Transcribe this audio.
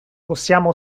possiamo